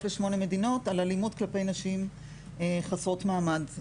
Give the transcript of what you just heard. לשמונה מדינות על אלימות כלפי נשים חסרות מעמד,